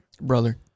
Brother